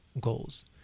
goals